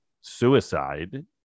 suicide